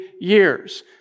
years